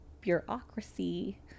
bureaucracy